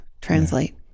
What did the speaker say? translate